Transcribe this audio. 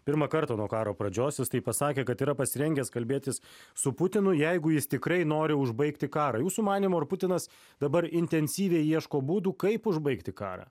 pirmą kartą nuo karo pradžios jis tai pasakė kad yra pasirengęs kalbėtis su putinu jeigu jis tikrai nori užbaigti karą jūsų manymu ar putinas dabar intensyviai ieško būdų kaip užbaigti karą